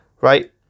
right